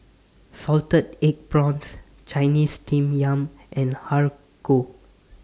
Salted Egg Prawns Chinese Steamed Yam and Har Kow